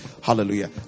Hallelujah